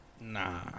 Nah